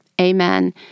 amen